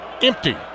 empty